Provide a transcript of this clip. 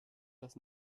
das